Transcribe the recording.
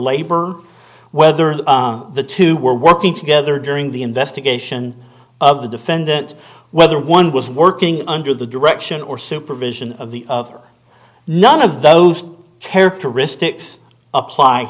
labor whether the two were working together during the investigation of the defendant whether one was working under the direction or supervision of the other none of those characteristics apply